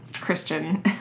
Christian